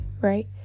right